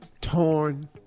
Torn